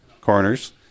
corners